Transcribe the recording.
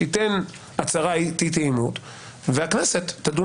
שייתן הצהרת אי תאימות והכנסת תדון